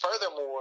Furthermore